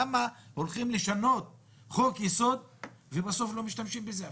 למה הולכים לשנות חוק-יסוד ובסוף לא משתמשים בזה אפילו?